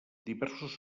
diversos